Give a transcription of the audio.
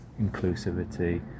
inclusivity